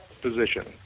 position